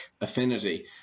affinity